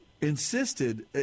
insisted